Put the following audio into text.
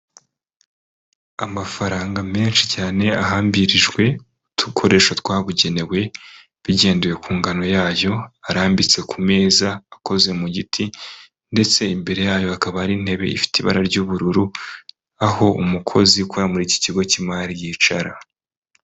Amafaranga menshi cyane ahambirijwe udukoresho twabugenewe bigendewe ku ngano yayo, ararambitse ku meza akoze mu giti ndetse imbere yayo hakaba ari intebe ifite ibara ry'ubururu, aho umukozi ukora muri iki kigo cy'imari yicara.